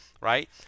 right